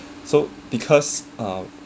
so because uh